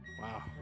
Wow